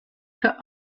für